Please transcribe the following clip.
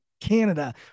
Canada